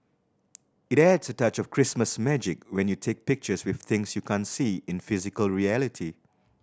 it adds a touch of Christmas magic when you take pictures with things you can't see in physical reality